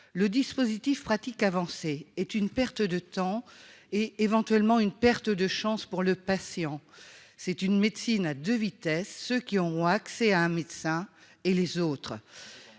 Le dispositif pratique avancée est une perte de temps et éventuellement une perte de chance pour le patient. C'est une médecine à 2 vitesses, ceux qui auront accès à un médecin et les autres.